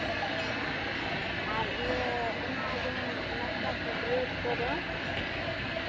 ᱟᱨ ᱤᱭᱟᱹ ᱚᱱᱟ ᱡᱮᱢᱚᱱ ᱱᱟᱥᱛᱟ ᱠᱚ ᱵᱮᱨᱮᱹᱰ ᱠᱚᱫᱚ